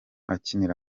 akinira